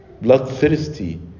Bloodthirsty